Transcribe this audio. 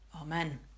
Amen